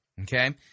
okay